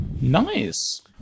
Nice